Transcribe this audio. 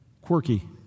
quirky